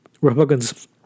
Republicans